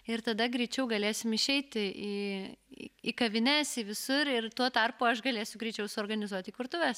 ir tada greičiau galėsim išeiti į į kavines į visur ir tuo tarpu aš galėsiu greičiau suorganizuoti įkurtuves